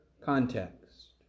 context